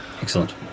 excellent